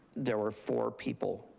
there were four people.